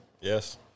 Yes